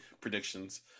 predictions